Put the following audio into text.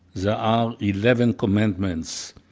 there are eleven commandments.